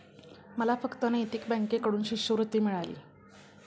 मला फक्त नैतिक बँकेकडून शिष्यवृत्ती मिळाली